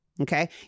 Okay